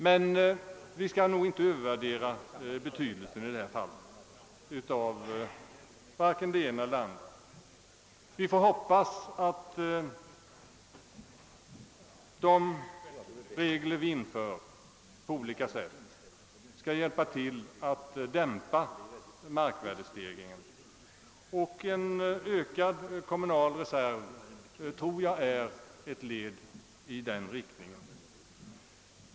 Vi bör emellertid inte övervärdera betydelsen i detta fall av vare sig det ena eller det andra. Vi får hoppas att de regler vi inför på olika sätt skall hjälpa till att dämpa markvärdestegringen, och en ökad kommunal markreserv tror jag är ett led i den riktningen.